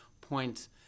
points